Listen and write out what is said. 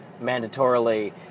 mandatorily